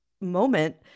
moment